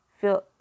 feel